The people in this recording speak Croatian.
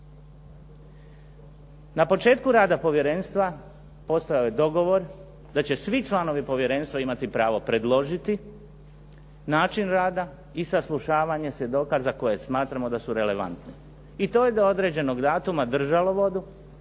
Na početku rada Povjerenstva postojao je dogovor da će svi članovi Povjerenstva imati pravo predložiti način rada i saslušavanje svjedoka za koje smatramo da su relevantne i to je do određenog datuma držalo vodu,